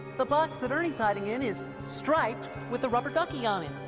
the box that ernie's hiding in is striped with a rubber ducky on it.